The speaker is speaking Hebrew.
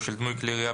או של דמוי כלי ירייה,